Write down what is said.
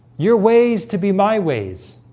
your ways to be my ways